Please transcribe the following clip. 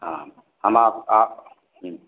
हाँ हम आप आप